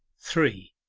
three.